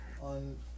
on